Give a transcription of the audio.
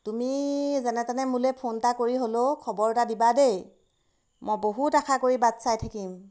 তুমি যেনে তেনে মোলৈ ফোন এটা কৰি হ'লেও খবৰ এটা দিবা দেই মই বহুত আশা কৰি বাট চাই থাকিম